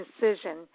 decision